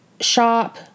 shop